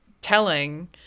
telling